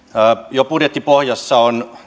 jo budjettiin on